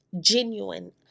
Genuine